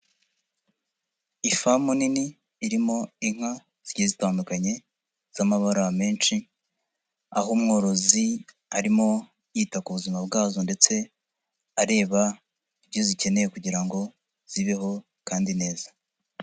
Ifamu nini irimo inka zigiye zitandukanye z'amabara menshi, aho umworozi arimo yita ku buzima bwazo ndetse areba ibyo zikeneye kugira ngo zibeho kandi neza.